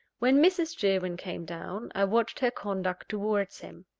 when mrs. sherwin came down, i watched her conduct towards him.